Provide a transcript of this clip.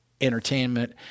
entertainment